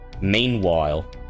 Meanwhile